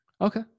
Okay